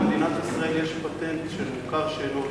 במדינת ישראל יש פטנט של מוכר שאינו רשמי,